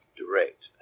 direct